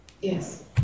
yes